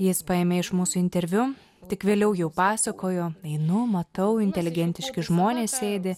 jis paėmė iš mūsų interviu tik vėliau jau pasakojo einu matau inteligentiški žmonės sėdi